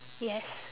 yes